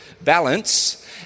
balance